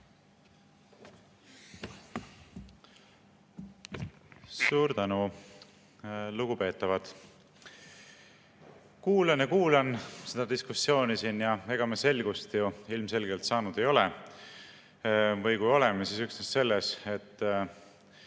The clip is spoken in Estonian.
Suur tänu, lugupeetavad! Kuulan ja kuulan seda diskussiooni siin. Ega me selgust ju ilmselgelt saanud ei ole. Või kui oleme, siis üksnes selles, et